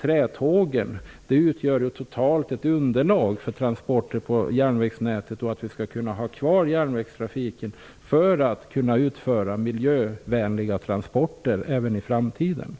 trätågen, men de utgör totalt ett underlag för transporter på järnvägsnätet och för att järnvägstrafiken skall vara kvar, om miljövänliga transporter skall vara möjliga även i framtiden.